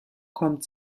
kommt